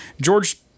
George